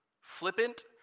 flippant